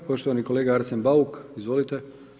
Poštovani kolega Arsen Bauk, izvolite.